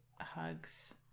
hugs